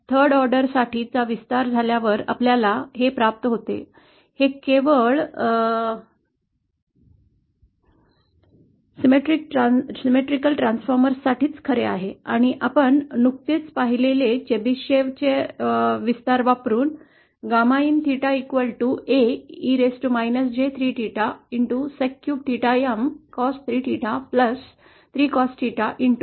तिसर्या क्रमांका साठी विस्तारीत झाल्यावर आपल्याला हे प्राप्त होते हे केवळ सममित ट्रान्सफॉर्मर्स साठीच खरे आहे आणि आपण नुकतेच पाहिलेले चेबिसेव विस्तार वापरून gamma in𝚹 A